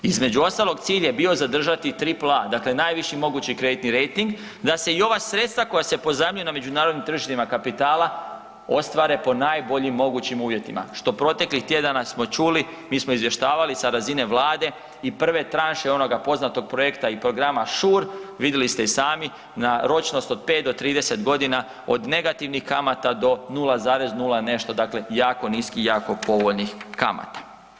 Između ostaloga, cilj je bio zadržati Triple A, dakle najviši mogući kreditni rejting, da se i ova sredstva koja se pozajmljuju na međunarodnim tržištima kapitala ostvare po najboljim mogućim uvjetima, što proteklih tjedana smo čuli, mi smo izvještavali sa razine Vlade i prve tranše onog poznatog projekta i programa Shore, vidjeli ste i sami na ročnost od 5 do 30 godina, od negativnih kamata do 0,0 nešto, dakle jako niskih i jako povoljnih kamata.